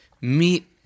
meet